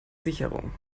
sicherung